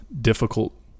difficult